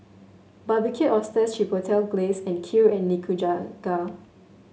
Barbecued Oysters Chipotle Glaze Kheer and Nikujaga